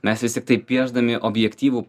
mes visi taip piešdami objektyvų